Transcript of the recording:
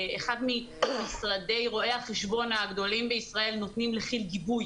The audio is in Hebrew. אחד ממשרדי רואי החשבון הגדולים בישראל נותנים לכי"ל גיבוי